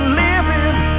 living